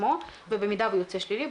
ובמידה והוא יוצא שלילי,